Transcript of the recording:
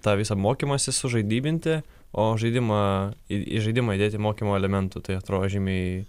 tą visą mokymosi sužaidybinti o žaidimą ir į žaidimą įdėti mokymo elementų tai atrodo žymiai